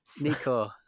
Nico